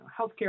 healthcare